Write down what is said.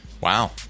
Wow